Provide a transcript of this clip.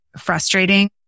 frustrating